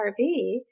RV